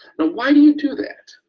now why do you do that?